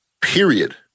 period